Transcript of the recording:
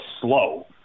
slow